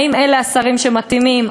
האם אלה השרים שמתאימים?